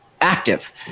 active